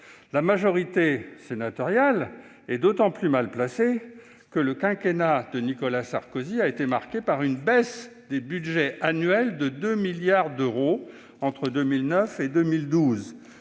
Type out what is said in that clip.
La majorité sénatoriale est d'autant plus mal placée pour donner des leçons que le quinquennat de Nicolas Sarkozy a été marqué par une baisse des budgets annuels de 2 milliards d'euros entre 2009 et 2012,